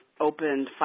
opened